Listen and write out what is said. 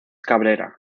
cabrera